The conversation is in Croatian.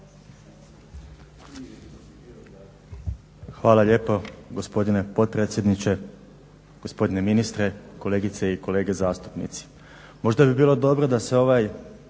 Hvala lijepo, gospodine potpredsjedniče. Gospodine ministre, kolegice i kolege zastupnici. Možda bi bilo dobro da se ovaj